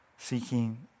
seeking